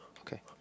Okay